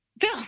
Phil